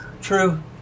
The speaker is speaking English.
True